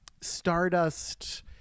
stardust